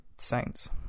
Saints